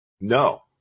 no